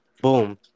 Boom